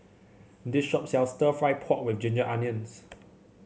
this shop sells stir fry pork with Ginger Onions